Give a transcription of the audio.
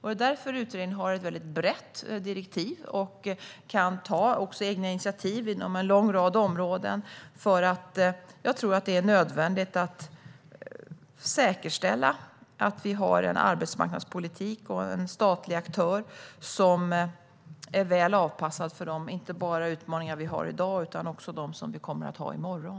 Det är därför utredningen har ett brett direktiv och kan ta egna initiativ på en lång rad områden. Jag tror att det är nödvändigt att säkerställa att vi har en arbetsmarknadspolitik och en statlig aktör som är väl avpassad för inte bara de utmaningar vi har i dag utan också dem som vi kommer att ha i morgon.